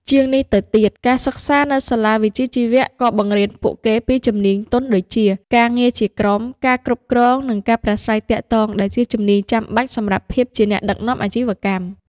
ជាងនេះទៅទៀត ការសិក្សានៅសាលាវិជ្ជាជីវៈ ក៏បង្រៀនពួកគេពីជំនាញទន់ដូចជា ការងារជាក្រុម ការគ្រប់គ្រង និងការប្រាស្រ័យទាក់ទង ដែលជាជំនាញចាំបាច់សម្រាប់ភាពជាអ្នកដឹកនាំអាជីវកម្ម។